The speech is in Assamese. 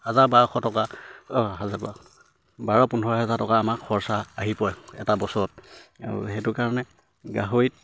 হাজাৰ বাৰশ টকা হাজাৰ বাৰ পোন্ধৰ হাজাৰ টকা আমাক খৰচা আহি পৰে এটা বছৰত আৰু সেইটো কাৰণে গাহৰিত